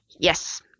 yes